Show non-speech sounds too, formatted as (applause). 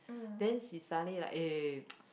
then she suddenly like eh (noise)